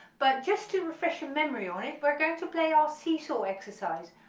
but just to refresh your memory on it we're going to play our seesaw exercise,